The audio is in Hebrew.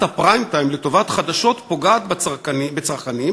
הפריים-טיים לטובת חדשות פוגעת בצרכנים,